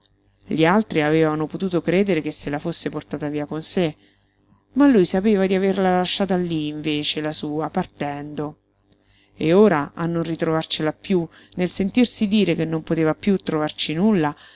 gli altri avevano potuto credere che se la fosse portata via con sé ma lui sapeva di averla lasciata lí invece la sua partendo e ora a non ritrovarcela piú nel sentirsi dire che non poteva piú trovarci nulla